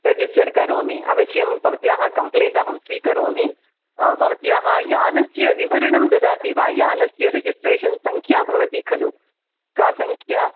register करोमि अवश्यं भवत्याः कम्प्लैण्ट् अहं स्वीकरोमि भवत्याः यानस्य विवरणं ददाति वा यानस्य रिजिस्ट्रेशन् सङ्ख्या भवति खलु का सङ्ख्या